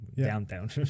downtown